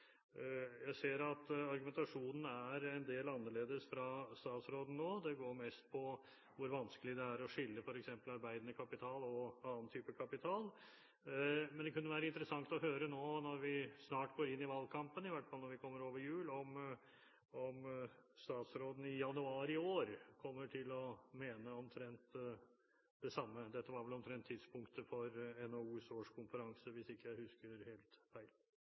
Jeg ser at argumentasjonen nå er en del annerledes fra statsråden. Det går mest på hvor vanskelig det er å skille f.eks. arbeidende kapital og annen type kapital. Men det kunne være interessant å høre, når vi snart går inn i valgkampen – i fall når vi kommer over jul – om statsråden i januar i år kommer til å mene omtrent det samme. Dette var omtrent tidspunktet for NHOs årskonferanse, hvis jeg ikke husker helt feil.